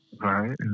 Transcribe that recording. Right